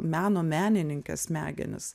meno menininkės smegenis